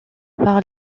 par